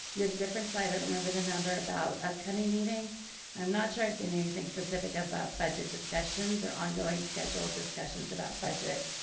you had a different slide, i don't remember the number, about upcoming meetings, and i'm not sure i've seen anything specific about budget discussions or ongoing schedule discussions about budget,